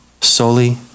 Solely